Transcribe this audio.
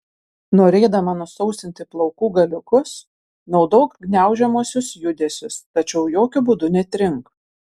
norėdama nusausinti plaukų galiukus naudok gniaužiamuosius judesius tačiau jokiu būdu netrink